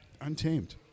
Untamed